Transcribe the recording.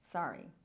Sorry